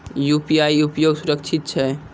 UPI उपयोग सुरक्षित छै?